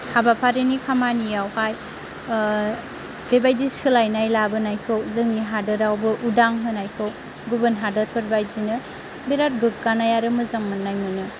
हाबाफारिनि खामानियावहाय बेबायदि सोलायनाय लाबोनायखौ जोंनि हादरावबो उदां होनायखौ गुबुन हादरफोरबायदिनो बेराद गोग्गानाय आरो मोजां मोननाय मोनो